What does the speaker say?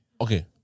Okay